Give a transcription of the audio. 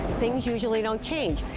things usually don't change.